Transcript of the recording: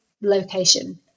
location